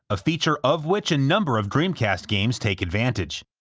a feature of which a number of dreamcast games take advantage.